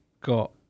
got